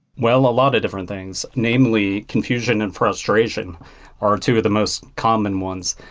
well, a lot of different things, namely confusion and frustration are two of the most common ones.